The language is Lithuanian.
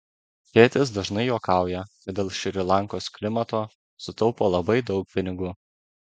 tėtis dažnai juokauja kad dėl šri lankos klimato sutaupo labai daug pinigų